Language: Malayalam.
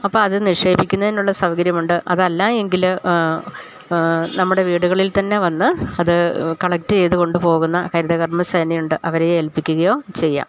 അപ്പോൾ അത് നിക്ഷേപിക്കുന്നതിനുള്ള സൗകര്യമുണ്ട് അതല്ല എങ്കില് നമ്മുടെ വീടുകളിൽ തന്നെ വന്ന് അത് കളക്ട് ചെയ്ത് കൊണ്ട് പോവുന്ന ഹരിതകർമ്മ സേനയുണ്ട് അവരെ ഏൽപ്പിക്കുകയോ ചെയ്യാം